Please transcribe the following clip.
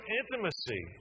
intimacy